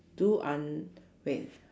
do un~ wait